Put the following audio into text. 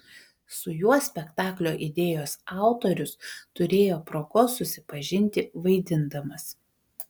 su juo spektaklio idėjos autorius turėjo progos susipažinti vaidindamas